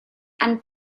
and